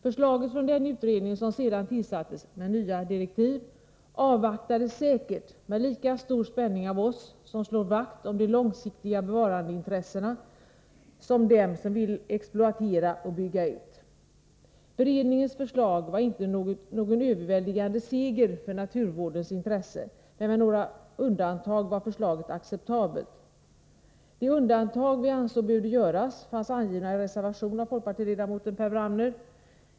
Förslaget från den utredning som sedan tillsattes — med nya direktiv — avvaktades säkert med lika stor spänning av oss som slår vakt om de långsiktiga bevarandeintressena som av dem som vill exploatera och bygga ut. Beredningens förslag var inte någon överväldigande seger för naturvårdens intressen men med några undantag var förslaget acceptabelt. De undantag vi ansåg behövde göras fanns angivna i en reservation av folkpartiledamoten Per Wramner.